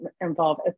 involve